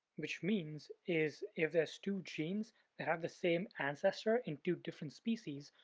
which means is if there's two genes that have the same ancestor in two different species,